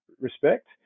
respect